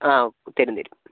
ആ തരും തരും